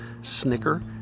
snicker